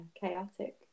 chaotic